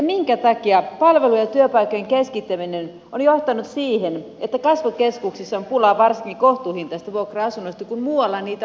minkä takia palvelujen ja työpaikkojen keskittäminen on johtanut siihen että kasvukeskuksissa on pulaa varsinkin kohtuuhintaisista vuokra asunnoista kun muualla niitä olisi käytettävissä